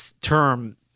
term